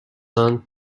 son